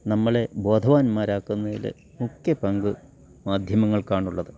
നമ്മളെ ബോധവാന്മാരാക്കുന്നതില് മുഖ്യ പങ്ക് മാധ്യമങ്ങൾക്കാണുള്ളത്